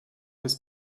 his